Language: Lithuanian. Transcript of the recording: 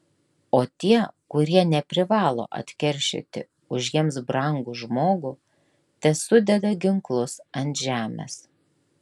o tie kurie neprivalo atkeršyti už jiems brangų žmogų tesudeda ginklus ant žemės